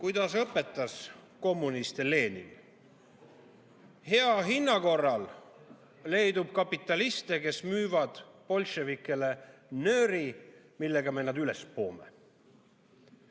Kuidas õpetas Lenin kommuniste? Hea hinna korral leidub kapitaliste, kes müüvad bolševikele nööri, millega me nad üles poome.